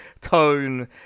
tone